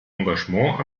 engagement